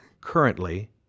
currently